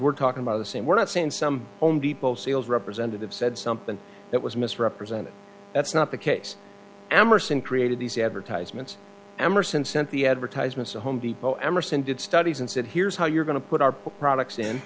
we're talking about the same we're not saying some only people sales representative said something that was misrepresented that's not the case emerson created these advertisements emerson sent the advertisements to home depot emerson did studies and said here's how you're going to put our products